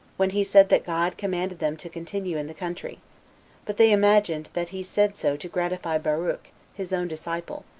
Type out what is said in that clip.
when he said that god commanded them to continue in the country but they imagined that he said so to gratify baruch, his own disciple,